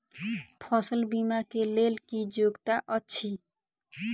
फसल बीमा केँ लेल की योग्यता अछि?